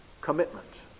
commitment